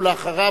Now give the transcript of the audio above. ואחריו,